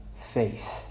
faith